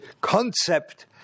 concept